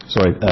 Sorry